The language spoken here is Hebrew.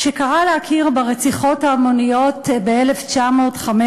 שקרא להכיר ברציחות ההמוניות ב-1915,